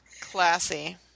Classy